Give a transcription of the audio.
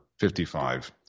55